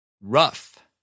Rough